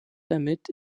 damit